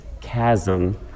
chasm